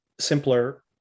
simpler